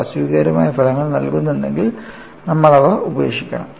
അവ അസ്വീകാര്യമായ ഫലങ്ങൾ നൽകുന്നുവെങ്കിൽ നമ്മൾ അവ ഉപേക്ഷിക്കണം